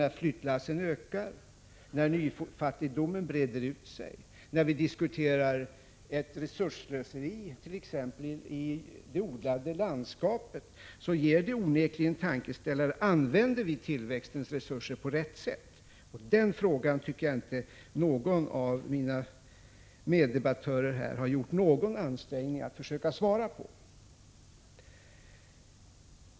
När flyttlassen ökar, när nyfattigdomen breder ut sig, när vi diskuterar exempelvis ett resursslöseri vad avser det odlade landskapet, ger det onekligen en tankeställare: Använder vi tillväxtens resurser på rätt sätt? Den frågan tycker jag inte att någon av mina meddebattörer har gjort någon ansträngning att försöka svara på.